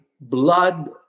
blood